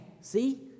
see